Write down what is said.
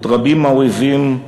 עוד רבים האויבים,